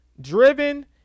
driven